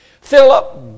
Philip